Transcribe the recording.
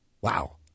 Wow